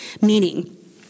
meaning